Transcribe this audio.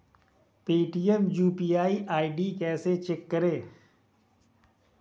Paytm UPI ID कैसे change करें?